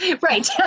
Right